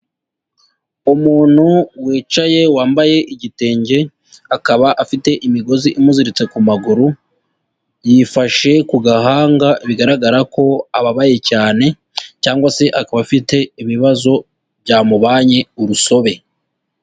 Umuntu wicaye wambaye igitenge, akaba afite imigozi imuziritse ku maguru, yifashe ku gahanga bigaragara ko ababaye cyane cyangwa se akaba afite ibibazo byamubanye urusobe.